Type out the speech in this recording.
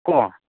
ꯀꯣ